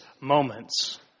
moments